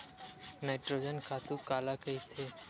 Nitrogen खातु काला कहिथे?